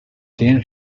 then